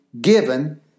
given